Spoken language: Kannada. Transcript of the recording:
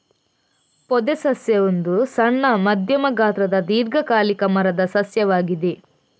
ಪೊದೆ ಸಸ್ಯ ಒಂದು ಸಣ್ಣ, ಮಧ್ಯಮ ಗಾತ್ರದ ದೀರ್ಘಕಾಲಿಕ ಮರದ ಸಸ್ಯವಾಗಿದೆ